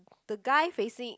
the guy facing